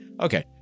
Okay